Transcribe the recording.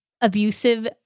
abusive